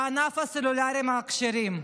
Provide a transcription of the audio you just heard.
בענף המכשירים הסלולריים.